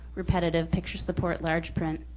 repetitive, picture support, large print.